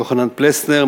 יוחנן פלסנר,